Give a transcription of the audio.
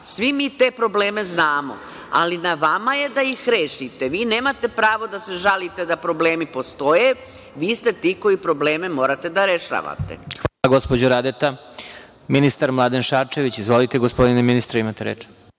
Svi mi te probleme znamo, ali na vama je da ih rešite. Vi nemate pravo da se žalite da problemi postoje. Vi ste ti koji probleme morate da rešavate. **Vladimir Marinković** Hvala, gospođo Radeta. Reč ima ministar Mladen Šarčević. Izvolite, gospodine ministre, imate reč.